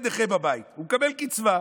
יש לו ילד נכה בבית והוא מקבל קצבה,